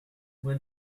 when